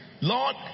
Lord